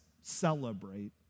celebrate